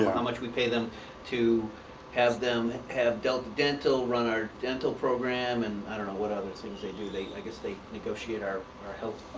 how much we pay them to have them have delta dental run our dental program and i don't know what other things they do. they, i guess, they negotiate our our health.